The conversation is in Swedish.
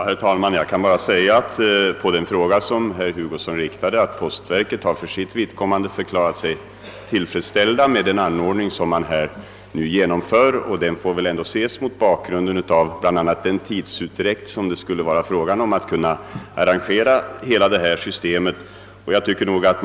Herr talman! På herr Hugossons fråga kan jag bara svara att man från postverkets sida har förklarat sig tillfredsställd med den anordning som nu genomförs. Detta får väl ses bl.a. mot bakgrunden av den tidsutdräkt det skulle medföra att arrangera en komplett redovisning av alla teleabonnenters postnummer.